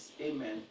amen